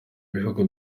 bihugu